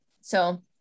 So-